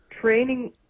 training